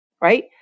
right